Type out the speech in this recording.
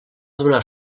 donar